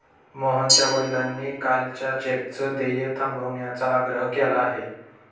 मोहनच्या वडिलांनी कालच्या चेकचं देय थांबवण्याचा आग्रह केला आहे